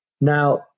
Now